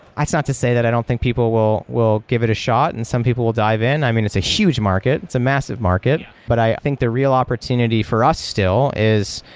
it's not to say that i don't think people will will give it a shot and some people will dive in. i mean, it's a huge market. it's a massive market, but i think the real opportunity for us still is,